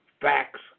facts